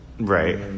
Right